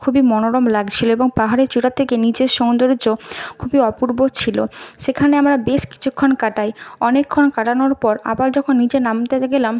খুবই মনোরম লাগছিলো এবং পাহাড়ের চূড়া থেকে নিচের সৌন্দর্য খুবই অপূর্ব ছিল সেখানে আমরা বেশ কিছুক্ষণ কাটাই অনেকক্ষণ কাটানোর পর আবার যখন নিচে নামতে গেলাম